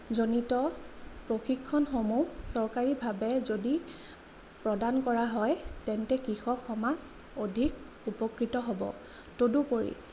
জনিত প্ৰশিক্ষণসমূহ চৰকাৰীভাবে যদি প্ৰদান কৰা হয় তেন্তে কৃষক সমাজ অধিক উপকৃত হ'ব তদুপৰি